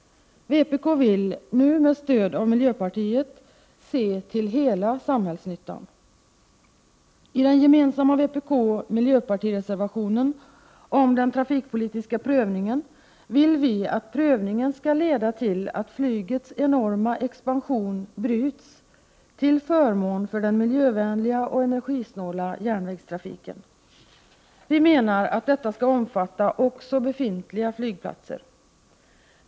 Vpk vill — nu med stöd av miljöpartiet — se till hela samhällsnyttan. I den gemensamma vpk-mp-reservationen om den trafikpolitiska prövningen vill vi att prövningen skall leda till att flygets enorma expansion bryts till förmån för den miljövänliga och energisnåla järnvägstrafiken. Vi menar att detta skall omfatta också befintliga flygplatser.